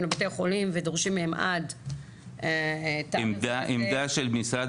לבתי חולים ודורשים מהם עד תאריך כזה וכזה --- עמדה של משרד